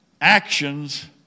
actions